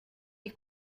des